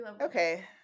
okay